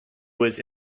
was